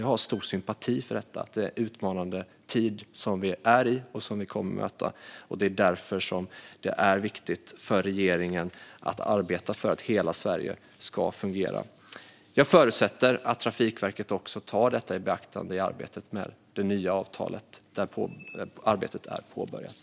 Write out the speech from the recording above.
Jag har stor sympati för detta, för att det är en utmanande tid som vi är i och kommer att möta. Det är därför det är viktigt för regeringen att arbeta för att hela Sverige ska fungera. Jag förutsätter att Trafikverket tar detta i beaktande i arbetet med det nya avtalet. Det arbetet är påbörjat.